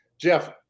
Jeff